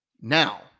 Now